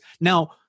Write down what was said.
Now